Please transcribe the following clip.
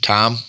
Tom